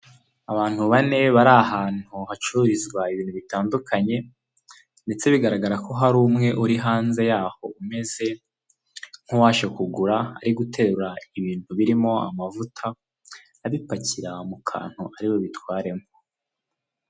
SONARWA ni ikigo kimaze igihe kinini hano mu Rwanda cy’ubwishingizi, shinganisha amashuri y'abana bawe cyangwa ubuzima ndetse ushinganishe n'inyubako zawe cyangwa ibinyabiziga.